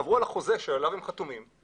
עברו על החוזה שעליו הם חתומים,